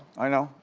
i know.